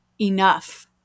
enough